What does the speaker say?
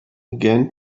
again